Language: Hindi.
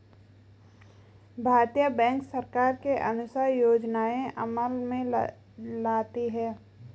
भारतीय बैंक सरकार के अनुसार योजनाएं अमल में लाती है